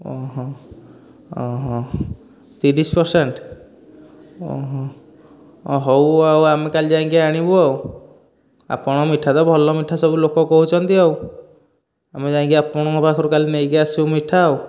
ଓହୋ ତିରିଶ ପରସେଣ୍ଟ ହେଉ ଆମେ କାଲି ଯାଇକି ଆଣିବୁ ଆଉ ଆପଣଙ୍କ ମିଠା ତ ଭଲ ମିଠା ସବୁ ଲୋକ କହୁଛନ୍ତି ଆଉ ଆମେ ଯାଇକି ଆପଣଙ୍କ ପାଖରୁ କାଲି ନେଇକି ଆସିବୁ ମିଠା ଆଉ